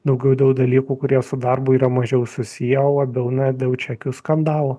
daugiau dėl dalykų kurie su darbu yra mažiau susiję o dėl na dėl čekių skandalo